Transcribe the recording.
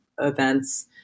events